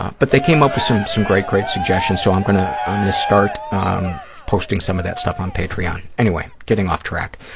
but they came up with some some great, great suggestions, so i'm going to ah um and start um posting some of that stuff on patreon. anyway, getting off track.